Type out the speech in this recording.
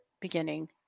beginning